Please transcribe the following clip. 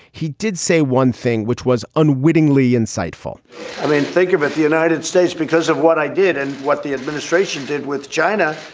he did say one thing which was unwittingly insightful i mean, think of it, the united states, because of what i did and what the administration did with china.